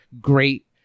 great